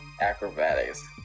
Acrobatics